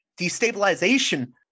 destabilization